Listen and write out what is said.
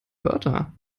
wörter